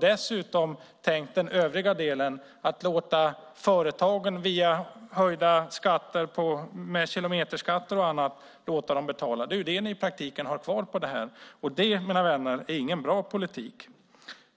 Dessutom har ni för den övriga delen tänkt låta företagen betala genom kilometerskatter och annat. Det är ju det ni i praktiken har kvar av era finansieringsförslag, och det, mina vänner, är ingen bra politik.